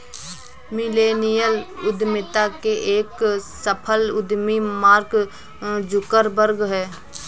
millennial उद्यमिता के एक सफल उद्यमी मार्क जुकरबर्ग हैं